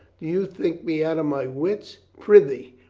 you think me out of my wits? prithee,